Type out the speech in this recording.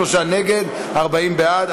נגד, 40 בעד.